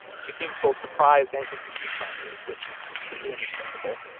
she seems both surprised and confused by me, which is completely understandable.